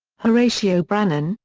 horatio brannen,